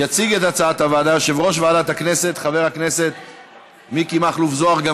יציג את ההצעה יושב-ראש ועדת הכנסת חבר הכנסת מיקי מכלוף זוהר.